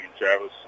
Travis